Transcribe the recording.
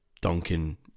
Duncan